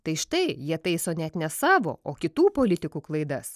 tai štai jie taiso net ne savo o kitų politikų klaidas